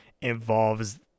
involves